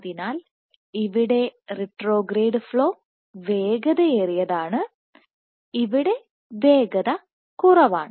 അതിനാൽ ഇവിടെ retrograde flow വേഗതയേറിയതാണ് ഇവിടെ വേഗത കുറവാണ്